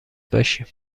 باشیم